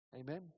Amen